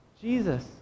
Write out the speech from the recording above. Jesus